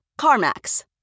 CarMax